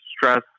stress